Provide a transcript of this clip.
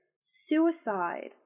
suicide